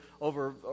over